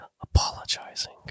apologizing